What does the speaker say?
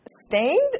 Stained